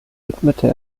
widmete